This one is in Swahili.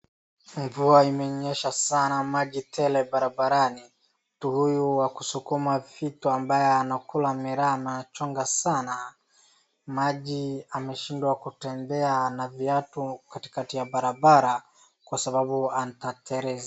Mvua imenyesha sana maji tele barabarani. Mtu huyu wa kusukuma vitu ambaye anakula miraa anachunga sana, maji ameshindwa kutembea na viatu katikati ya barabara kwa sababu atateleza.